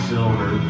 Silver